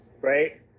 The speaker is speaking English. right